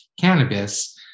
cannabis